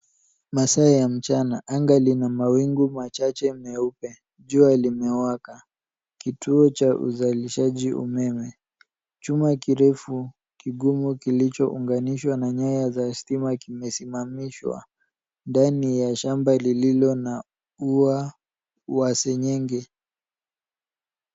Masaa ya mchana anga lina mawingu machache meupe. Jua limewaka. Kituo cha uzalishaji umeme. Chuma kirefu kigumu kilichounganishwa na nyaya za stima kimesimamishwa ndani ya shamba lililo na ua wa seng'enge.